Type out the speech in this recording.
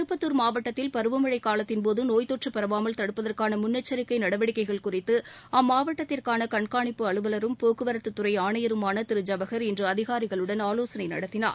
திருப்பத்துா் மாவட்டத்தில் பருவமழை காலத்தின்போது நோய் தொற்று பரவாமல் தடுப்பதற்கான முன்னெச்சிக்கை நடவடிக்கைகள் குறித்து அம்மாவட்டத்திற்கான கண்காணிப்பு அலுவலரும் போக்குவரத்து துறை ஆணையருமான திரு டி எஸ் ஜவஹர் இன்று அதிகாரிகளுடன் ஆலோசனை நடத்தினார்